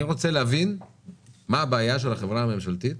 אני רוצה להבין מה הבעיה של החברה הממשלתית